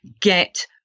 get